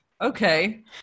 Okay